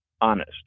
honest